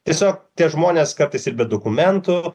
tiesiog tie žmonės kartais ir be dokumentų